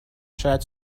شاید